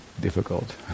Difficult